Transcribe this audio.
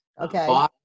Okay